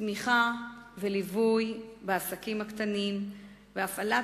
תמיכה וליווי בעסקים הקטנים והפעלת